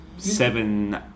Seven